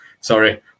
sorry